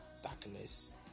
Darkness